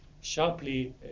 sharply